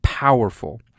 powerful